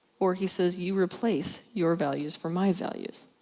or he says you replace your values for my values.